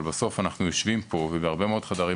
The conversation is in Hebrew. אבל בסוף אנחנו יושבים פה ובעוד הרבה חדרים